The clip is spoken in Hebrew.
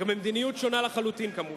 וגם במדיניות שונה לחלוטין, כמובן.